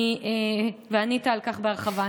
וענית על כך בהרחבה.